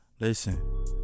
Listen